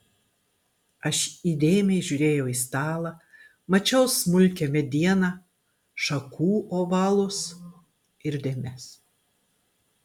aš įdėmiai žiūrėjau į stalą mačiau smulkią medieną šakų ovalus ir dėmes